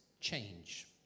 change